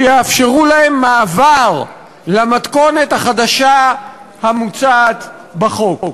שיאפשרו להם מעבר למתכונת החדשה המוצעת בחוק.